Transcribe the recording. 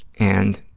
and